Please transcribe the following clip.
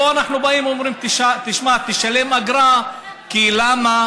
פה אנחנו באים ואומרים: תשמע, תשלם אגרה, למה,